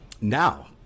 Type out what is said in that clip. now